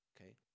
Okay